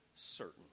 certain